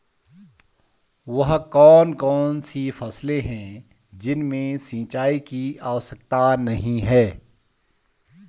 वह कौन कौन सी फसलें हैं जिनमें सिंचाई की आवश्यकता नहीं है?